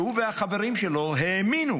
הוא והחברים שלו האמינו